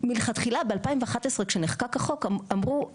מלכתחילה ב-2011 כשנחקק החוק אמרו,